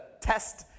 test